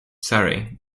surrey